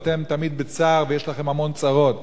ואתם תמיד בצער ויש לכם המון צרות.